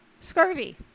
scurvy